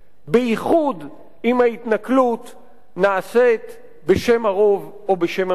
בייחוד אם ההתנכלות נעשית בשם הרוב או בשם המדינה".